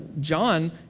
John